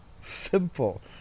Simple